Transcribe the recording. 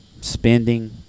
spending